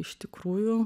iš tikrųjų